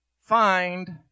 find